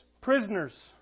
prisoners